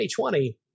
2020